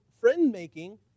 friend-making